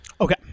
Okay